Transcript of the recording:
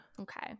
Okay